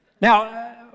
Now